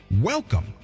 Welcome